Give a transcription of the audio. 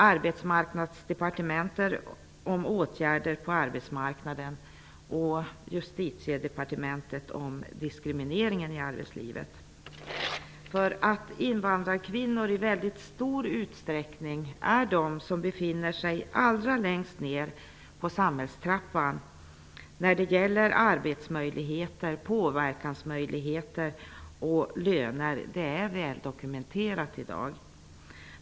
Arbetsmarknadsdepartementet skall ta ansvar för åtgärder på arbetsmarknaden och Justitiedepartementet skall ta ansvar för diskrimineringen i arbetslivet. Invandrarkvinnor är i väldigt stor utsträckning de som befinner sig allra längst ned på samhällstrappan när det gäller arbetsmöjligheter, påverkansmöjligheter och löner. Det är väldokumenterat i dag.